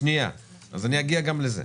יעקב, תן לי רגע, אני אגיע גם לזה.